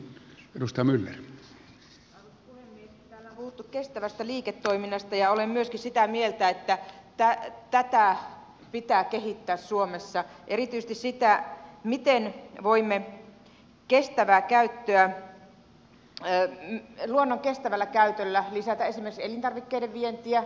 täällä on puhuttu kestävästä liiketoiminnasta ja minä myöskin olen sitä mieltä että tätä pitää kehittää suomessa erityisesti sitä miten voimme luonnon kestävällä käytöllä lisätä esimerkiksi elintarvikkeiden vientiä turismia